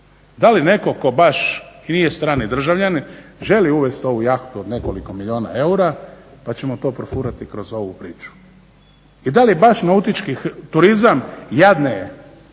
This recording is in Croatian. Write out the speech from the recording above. Da li netko tko baš nije strani državljanin želi uvesti ovu jahtu od nekoliko milijuna eura, pa ćemo to profurati kroz ovu priču? I da li baš nautički turizam jadne